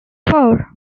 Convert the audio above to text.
four